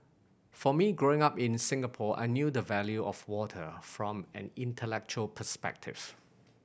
for me growing up in Singapore I knew the value of water from an intellectual perspectives